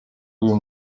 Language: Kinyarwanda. uyu